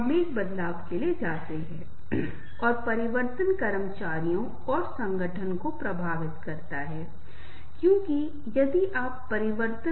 अगर मैं अपने निजी जीवन के बारे में बहुत सी बातों का खुलासा कर रहा हूं और मैं उससे या उसकी बातों को नहीं सुन रहा हूं तो हमें बहुत सतर्क रहना चाहिए